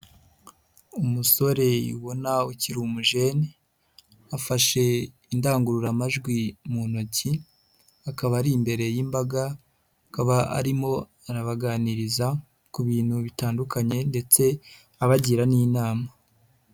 Umusore ubona ukiri umujeni, afashe indangururamajwi mu ntoki, akaba ari imbere y'imbaga, akaba arimo arabaganiriza ku bintu bitandukanye ndetse abagira n'inama.